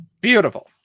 Beautiful